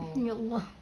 ya allah